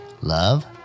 love